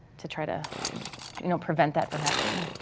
to try to you know prevent that from happening.